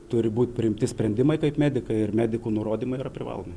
turi būt priimti sprendimai kaip medikai ir medikų nurodymai yra privalomi